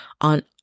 on